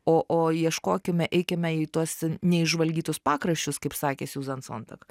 o o ieškokime eikime į tuos neišžvalgytus pakraščius kaip sakė susan sontag